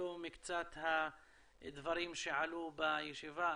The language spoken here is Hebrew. אלה מקצת הדברים שעלו בישיבה.